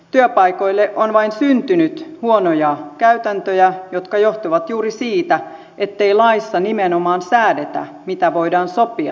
työpaikoille on vain syntynyt huonoja käytäntöjä jotka johtuvat juuri siitä ettei laissa nimenomaan säädetä mitä voidaan sopia työajasta